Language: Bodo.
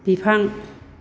बिफां